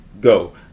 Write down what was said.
Go